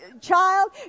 child